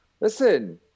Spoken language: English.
Listen